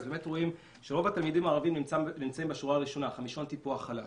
רואים שרוב התלמידים הערבים נמצאים בשורה הראשונה חמישון טיפוח חלש.